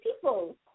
people